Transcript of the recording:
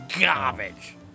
garbage